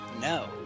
No